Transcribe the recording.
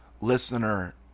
Listener